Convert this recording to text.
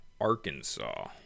Arkansas